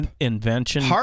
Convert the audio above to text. invention